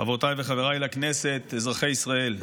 חברותיי וחבריי לכנסת, אזרחי ישראל,